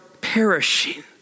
perishing